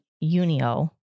Unio